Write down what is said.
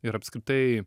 ir apskritai